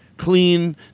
clean